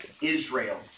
Israel